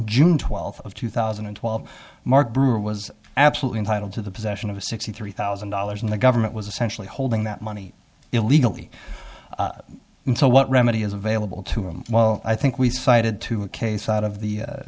june twelfth of two thousand and twelve mark brewer was absolutely entitled to the possession of a sixty three thousand dollars and the government was essentially holding that money illegally and so what remedy is available to him well i think we cited to a case out of the